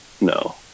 No